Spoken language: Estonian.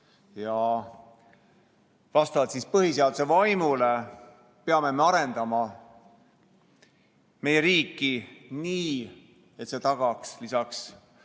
Ja vastavalt põhiseaduse vaimule peame me arendama meie riiki nii, et see tagaks lisaks